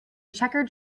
checkered